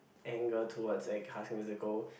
anger towards a classical musical